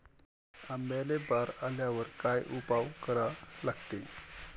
आंब्याले बार आल्यावर काय उपाव करा लागते?